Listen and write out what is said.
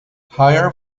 higher